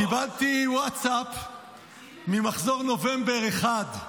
קיבלתי ווטסאפ ממחזור נובמבר 2021,